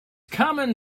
common